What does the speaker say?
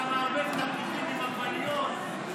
אתה מערבב תפוחים עם עגבניות.